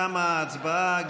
תמה ההצבעה.